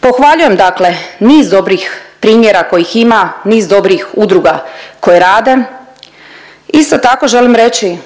Pohvaljujem dakle niz dobrih primjera kojih ima, niz dobrih udruga koje rade. Isto tako želim reći